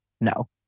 No